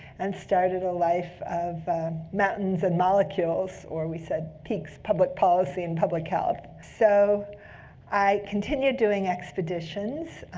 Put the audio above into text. and started a life of mountains and molecules or we said peaks, public policy, and public health. so i continue doing expeditions.